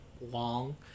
long